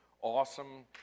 awesome